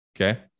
Okay